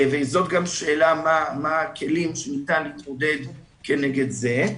זאת גם שאלה מה הכלים שניתן להתמודד כנגד זה.